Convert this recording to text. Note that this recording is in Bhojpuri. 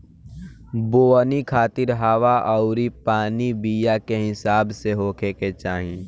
बोवनी खातिर हवा अउरी पानी बीया के हिसाब से होखे के चाही